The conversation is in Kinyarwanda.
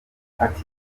ati